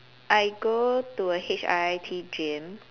I go to a H_I_I_T gym